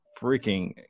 freaking